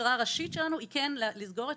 המטרה הראשית שלנו היא כן לסגור את